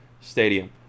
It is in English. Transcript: stadium